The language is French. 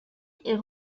est